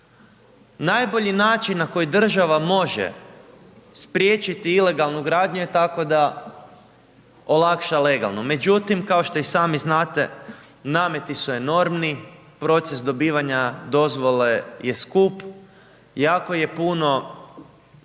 Najbolji način na koji država može spriječiti ilegalnu gradnju tako da olakša legalnu, međutim, kao što i sami znate, nameti su enormni, proces dobivanja dozvole, je skup, jako je puno